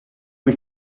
cui